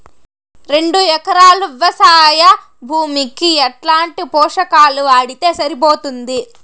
రెండు ఎకరాలు వ్వవసాయ భూమికి ఎట్లాంటి పోషకాలు వాడితే సరిపోతుంది?